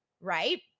right